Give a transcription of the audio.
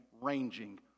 ranging